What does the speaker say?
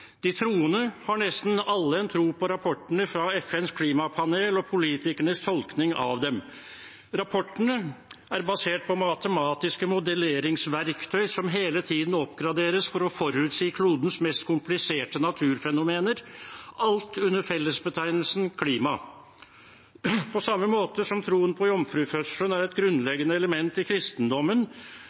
De troende har nesten alle en tro på rapportene fra FNs klimapanel og politikernes tolkning av dem. Rapportene er basert på matematiske modelleringsverktøy som hele tiden oppgraderes for å forutsi klodens mest kompliserte naturfenomener, alt under fellesbetegnelsen klima. På samme måte som troen på jomfrufødsel er et grunnleggende element i kristendommen,